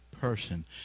person